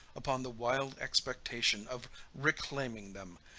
upon the wild expectation of reclaiming them,